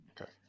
Okay